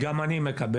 גם אני מקבל.